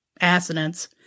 assonance